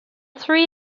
three